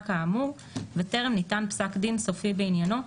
כאמור וטרם ניתן פסק דין סופי בעניינו".